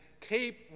keep